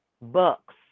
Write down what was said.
books